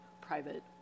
private